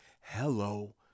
hello